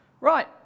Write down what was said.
right